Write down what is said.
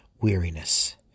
weariness